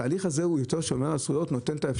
לא מאפס למאה אבל בהסתכלות האינטרס הציבורי